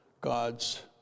God's